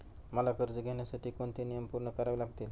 मला कर्ज घेण्यासाठी कोणते नियम पूर्ण करावे लागतील?